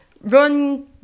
run